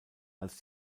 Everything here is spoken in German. als